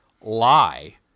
lie